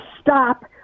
stop